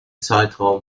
zeitraum